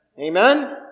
Amen